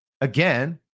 again